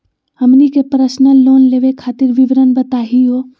हमनी के personal loan लेवे खातीर विवरण बताही हो?